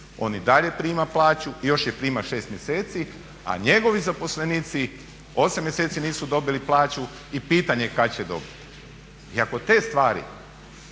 On i dalje prima plaću i još je prima 6 mjeseci a njegovi zaposlenici 8 mjeseci nisu dobili plaću i pitanje je kada će dobiti. I ako te stvari